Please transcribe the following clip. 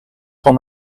van